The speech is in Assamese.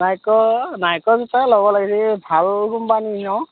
নাইকৰ নাইকৰ জোতাই ল'ব লাগিছিল ভাল কোম্পানী ন